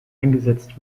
eingesetzt